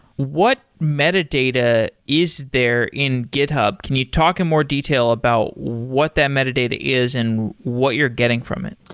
what metadata is there in github? can you talk in more detail about what that metadata is and what you're getting from it?